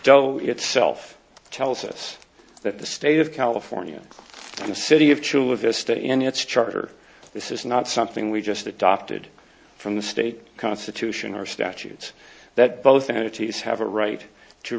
itself tells us that the state of california and the city of chula vista in its charter this is not something we just adopted from the state constitution or statutes that both entities have a right to